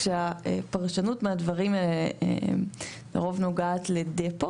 כשהפרשנות מהדברים האלה לרוב נוגעת לדפו,